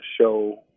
show